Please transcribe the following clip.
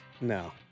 No